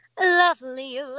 Lovely